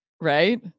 Right